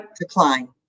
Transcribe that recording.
decline